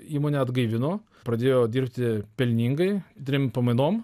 įmonę atgaivino pradėjo dirbti pelningai trim pamainom